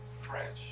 French